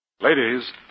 Ladies